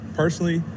personally